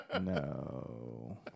No